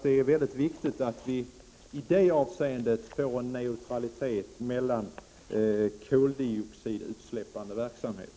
Det är väldigt viktigt att vi i det avseendet får en neutralitet när det gäller koldioxidutsläppande verksamhet.